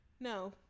No